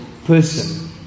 person